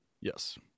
Yes